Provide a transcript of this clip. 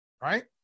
right